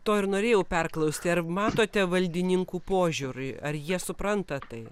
to ir norėjau perklausti ar matote valdininkų požiūrį ar jie supranta tai